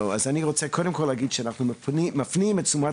אז אני רוצה קודם כל לומר שאנחנו מפנים את תשומת